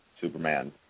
Superman